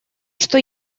что